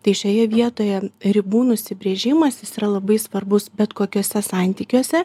tai šioje vietoje ribų nusibrėžimas jis yra labai svarbus bet kokiuose santykiuose